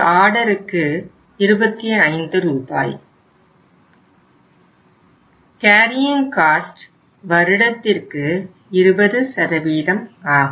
ordering cost வருடத்திற்கு 20 சதவீதம் ஆகும்